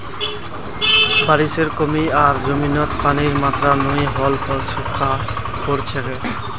बारिशेर कमी आर जमीनत पानीर मात्रा नई होल पर सूखा पोर छेक